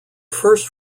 first